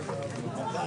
קרב.